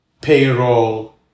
payroll